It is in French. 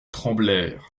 tremblèrent